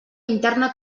interna